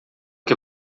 que